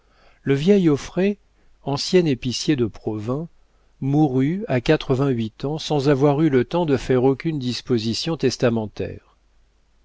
le vieil auffray ancien épicier de provins mourut à quatre-vingt-huit ans sans avoir eu le temps de faire aucune disposition testamentaire